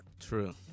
True